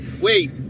Wait